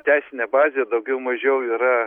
teisinė bazė daugiau mažiau yra